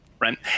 Right